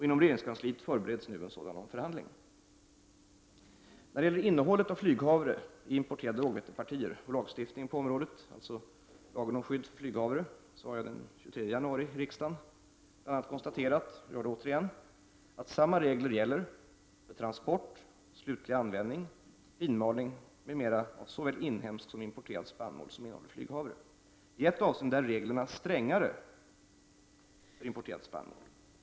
Inom regeringskansliet förbereds nu en Beträffande innehållet av flyghavre i importerade rågvetepartier och lagstiftningen på området, dvs. lagen om skydd mot flyghavre, har jag den 23 januari i riksdagen bl.a. konstaterat och konstaterar återigen, att samma regler gäller för transport, slutlig användning, finmalning m.m. av såväl inhemsk som importerad spannmål som innehåller flyghavre. I ett avseende är reglerna strängare för importerad spannmål.